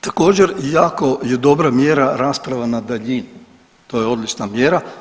Također jako je dobra mjera rasprava na daljinu, to je odlična mjera.